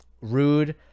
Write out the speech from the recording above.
rude